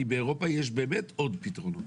כי באירופה יש באמת עוד פתרונות.